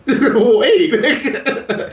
Wait